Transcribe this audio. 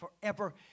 forever